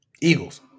Eagles